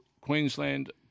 Queensland